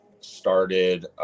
started